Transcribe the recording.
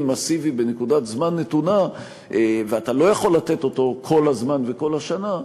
מסיבי בנקודת זמן נתונה ואתה לא יכול לתת אותו כל הזמן וכל השנה,